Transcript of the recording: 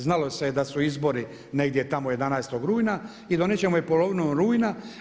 Znalo se je da su izbori negdje tamo 11. rujan i donijet ćemo je polovinom rujna.